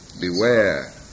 Beware